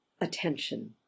attention